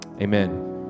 Amen